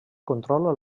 controla